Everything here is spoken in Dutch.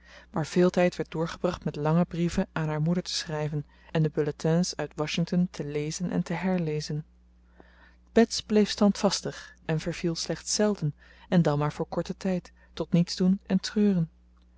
maar veel tijd werd doorgebracht met lange brieven aan haar moeder te schrijven en de bulletins uit washington te lezen en te herlezen bets bleef standvastig en verviel slechts zelden en dan maar voor korten tijd tot niets doen en treuren